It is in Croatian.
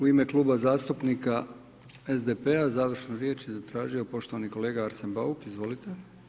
U ime Kluba zastupnika SDP-a završnu riječ je zatražio poštovani kolega Arsen Bauk, izvolite.